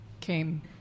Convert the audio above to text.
came